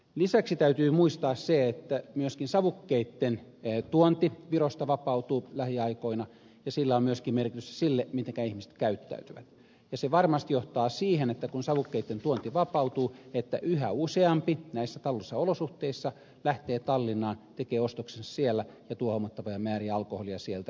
lisäksi täytyy muistaa se että myöskin savukkeitten tuonti virosta vapautuu lähiaikoina ja sillä on myöskin merkitystä sille mitenkä ihmiset käyttäytyvät ja se varmasti johtaa siihen että kun savukkeitten tuonti vapautuu yhä useampi näissä taloudellisissa olosuhteissa lähtee tallinnaan tekee ostoksensa siellä ja tuo huomattavia määriä alkoholia sieltä ja myöskin tupakkaa